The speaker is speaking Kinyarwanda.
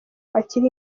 akiri